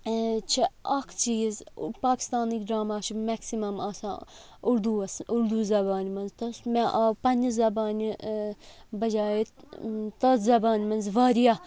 چھِ اَکھ چیٖز پاکِستٲنٕکۍ ڈَرٛاما چھِ میکسِمَم آسان اُردوٗہس اُردو زَبانہِ منٛز تہٕ مےٚ آو پَنٕنہِ زَبانہِ بَجاے تَتھ زَبانہِ منٛز وارِیاہ